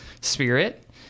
spirit